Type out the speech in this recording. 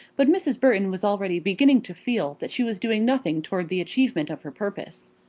but mrs. burton was already beginning to feel that she was doing nothing towards the achievement of her purpose.